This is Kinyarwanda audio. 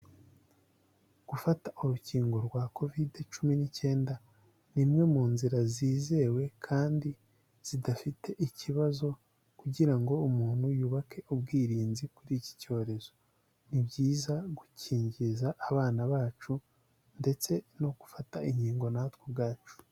Gufata urukingo rwa Kovide cumi n'icyenda, ni imwe mu nzira zizewe kandi zidafite ikibazo, kugira ngo umuntu yubake ubwirinzi kuri iki cyorezo. Ni byiza gukingiza abana bacu, ndetse no gufata inkingo natwe ubwacu.